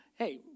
Hey